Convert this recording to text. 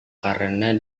karena